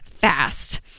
fast